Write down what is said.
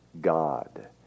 God